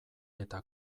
eta